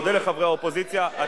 אני מודה לחברי האופוזיציה.